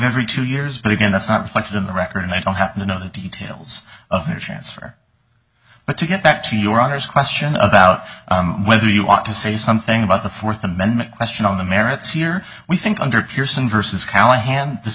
every two years but again that's not reflected in the record and i don't happen to know the details of the transfer but to get back to your honor's question about whether you want to say something about the fourth amendment question on the merits here we think under pearson versus callahan this